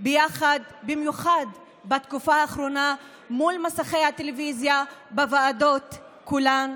במיוחד בתקופה האחרונה מול מסכי הטלוויזיה בוועדות כולן,